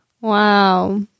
Wow